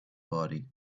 body